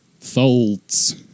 folds